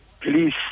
Please